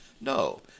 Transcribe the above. No